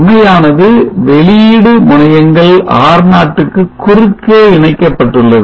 சுமையானது வெளியீடு முனையங்கள் R0 க்கு குறுக்கே இணைக்கப்பட்டுள்ளது